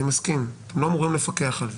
אני מסכים שאתם לא אמורים לפקח על זה.